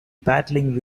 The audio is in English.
battling